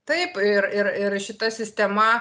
taip ir ir ir šita sistema